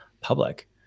public